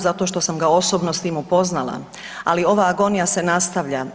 Zato što sam ga osobno s tim upoznala, ali ova agonija se nastavlja.